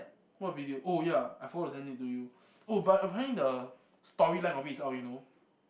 what video oh ya I forgot to send it to you oh but I find the storyline out you know